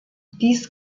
dies